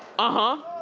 ah huh,